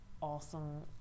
awesome